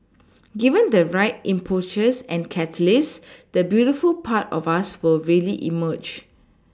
given the right impetus and catalyst the beautiful part of us will really emerge